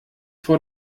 vor